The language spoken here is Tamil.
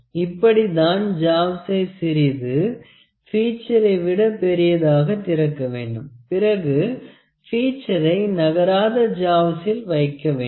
இப்படி தான் ஜாவை சிறிது பீட்சரை விட பெரிதாக திறக்க வேண்டும் பிறகு பீட்சரை நகராத ஜாவில் வைக்க வேண்டும்